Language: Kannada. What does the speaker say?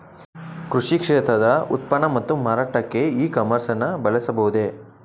ಕೃಷಿ ಕ್ಷೇತ್ರದ ಉತ್ಪನ್ನ ಮತ್ತು ಮಾರಾಟಕ್ಕೆ ಇ ಕಾಮರ್ಸ್ ನ ಬಳಸಬಹುದೇ?